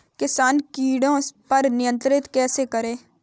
किसान कीटो पर नियंत्रण कैसे करें?